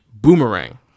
Boomerang